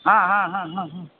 ಹಾಂ ಹಾಂ ಹಾಂ ಹಾಂ ಹಾಂ